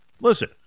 listen